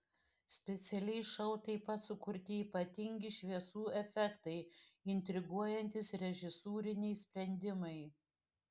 specialiai šou taip pat sukurti ypatingi šviesų efektai intriguojantys režisūriniai sprendimai